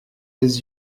des